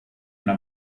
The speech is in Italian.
una